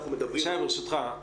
שי, ברשותך.